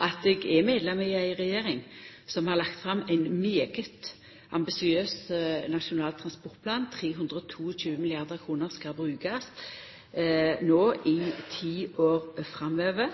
at eg er medlem av ei regjering som har lagt fram ein svært ambisiøs Nasjonal transportplan; 322 mrd. kr skal brukast i ti år framover.